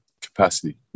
capacity